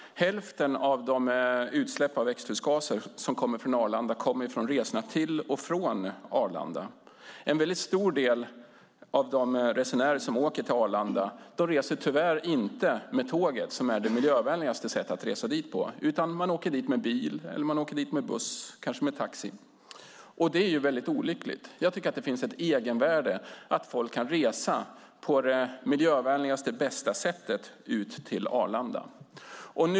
Hälften av Arlandas utsläpp av växthusgaser kommer från resorna till och från Arlanda. En stor del av dem som åker till Arlanda åker tyvärr inte med tåget som är det mest miljövänliga sättet utan med egen bil, taxi eller buss. Det är olyckligt. Det finns ett egenvärde i att folk kan resa på det mest miljövänliga och bästa sättet ut till Arlanda.